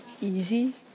Easy